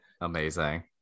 Amazing